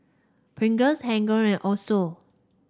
Pringles Hilker and Asos